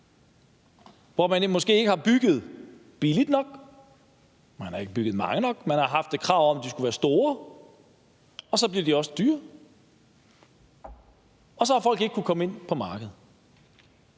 hvor man måske ikke har bygget billigt nok, hvor man ikke har bygget nok, og hvor man har haft et krav om, at lejlighederne skulle være store, og så bliver de også dyre. Og så har folk ikke kunnet komme ind på markedet.